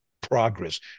progress